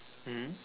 mmhmm